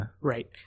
Right